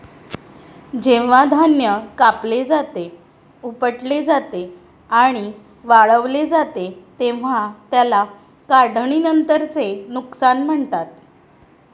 जेव्हा धान्य कापले जाते, उपटले जाते आणि वाळवले जाते तेव्हा त्याला काढणीनंतरचे नुकसान म्हणतात